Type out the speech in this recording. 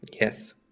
Yes